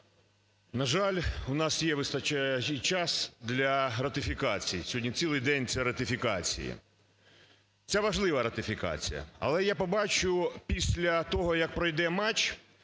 На жаль, у нас є… вистачає час для ратифікацій, сьогодні цілий день – це ратифікації. Ця важлива ратифікація, але я побачу після того, як пройде матч,